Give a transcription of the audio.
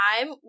time